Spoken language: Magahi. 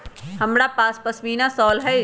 हमरा पास पशमीना शॉल हई